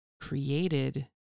created